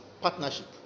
partnership